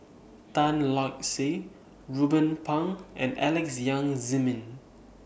Tan Lark Sye Ruben Pang and Alex Yam Ziming